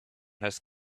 has